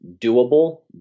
doable